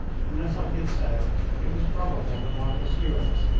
unless i did so it was probable that my pursuers,